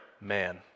man